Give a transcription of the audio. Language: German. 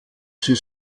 sie